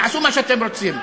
תעשו מה שאתם רוצים.